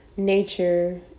nature